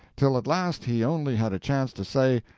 till at last he only had a chance to say,